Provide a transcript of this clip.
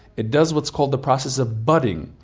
it does what is called the process of budding,